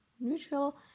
neutral